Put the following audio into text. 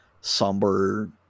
somber